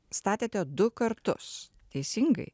statėte du kartus teisingai